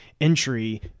entry